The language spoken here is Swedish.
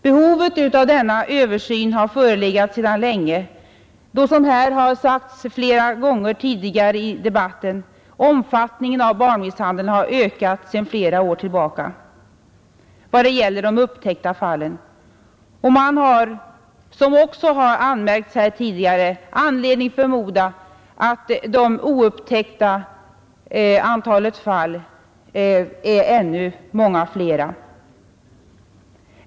Behovet av denna översyn har förelegat sedan länge, då — som här har sagts flera gånger tidigare i debatten — omfattningen av barnmisshandeln har ökat sedan åtskilliga år tillbaka vad gäller de upptäckta fallen. Som också har anmärkts här tidigare har man anledning förmoda att antalet oupptäckta fall är ännu mycket större.